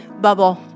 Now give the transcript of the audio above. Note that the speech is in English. bubble